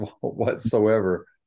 whatsoever